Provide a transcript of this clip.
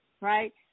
right